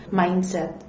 mindset